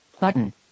Button